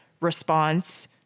response